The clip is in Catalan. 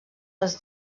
els